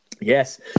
Yes